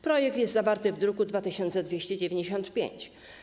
Projekt jest zawarty w druku nr 2295.